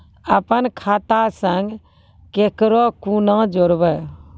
अपन खाता संग ककरो कूना जोडवै?